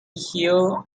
hill